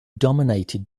dominated